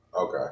Okay